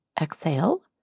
Exhale